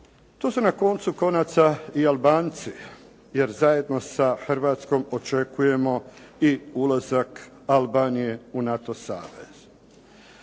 Tu su na koncu konaca i Albanci, jer zajedno sa Hrvatskom očekujemo i ulazak Albanije u NATO savez.